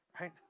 Right